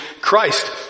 Christ